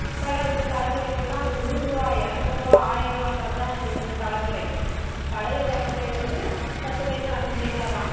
இப்போலாம் இந்த தலைமுறைக்கெல்லாம் நூறுரூவா எரநூறுரூவா ஆயிரரூவான்றது தான் இந்த தலைமுறை பழைய தலைமுறை வந்து பத்து பைசா அஞ்சு பைசா தான்